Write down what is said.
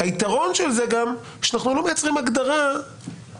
היתרון של זה הוא גם שאנחנו לא מייצרים הגדרה שפוטנציאל